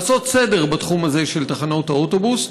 לעשות סדר בתחום הזה של תחנות האוטובוס.